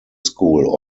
school